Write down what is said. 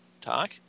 talk